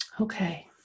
Okay